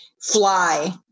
fly